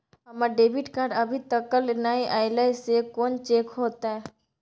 हमर debit card अभी तकल नय अयले हैं, से कोन चेक होतै?